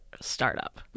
startup